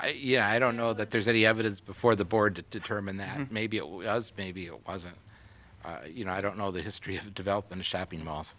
me yeah i don't know that there's any evidence before the board determined that maybe maybe it wasn't you know i don't know the history of developing a shopping mall